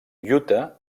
utah